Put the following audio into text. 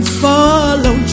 follow